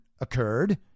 occurred